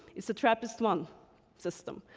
it's the trappist one system,